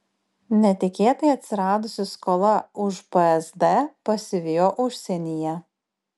netikėtai atsiradusi skola už psd pasivijo užsienyje